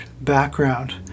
background